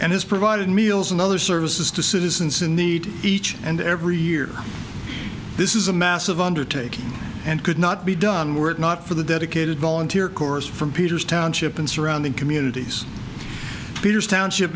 has provided meals and other services to citizens in the each and every year this is a massive undertaking and could not be done were it not for the dedicated volunteer corps from peter's township and surrounding communities peters township